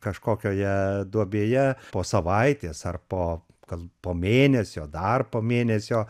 kažkokioje duobėje po savaitės ar po gal po mėnesio dar po mėnesio